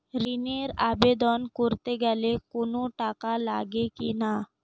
ঋণের আবেদন করতে গেলে কোন টাকা লাগে কিনা?